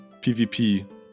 pvp